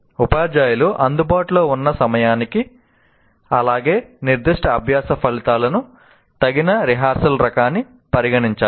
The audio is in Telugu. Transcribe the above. ఉపాధ్యాయులు అందుబాటులో ఉన్న సమయాన్ని అలాగే నిర్దిష్ట అభ్యాస ఫలితాలకు తగిన రిహార్సల్ రకాన్ని పరిగణించాలి